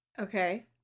Okay